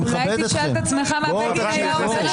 אולי תשאל את עצמך מה בגין היה אומר על